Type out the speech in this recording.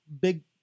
big